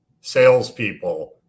salespeople